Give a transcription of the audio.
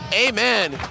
Amen